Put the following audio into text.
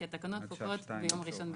כי התקנות פוקעות ביום ראשון בערב.